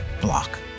block